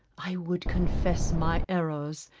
i would confess my errors,